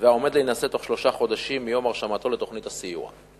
ועומד להינשא בתוך שלושה חודשים מיום הרשמתו לתוכנית הסיוע,